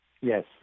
Yes